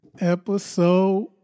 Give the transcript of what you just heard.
Episode